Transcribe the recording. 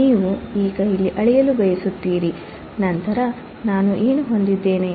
ನೀವು ಈಗ ಇಲ್ಲಿ ಅಳೆಯಲು ಬಯಸುತ್ತೀರಿ ನಂತರ ನಾನು ಏನು ಹೊಂದಿದ್ದೇನೆ